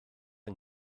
yng